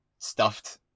Stuffed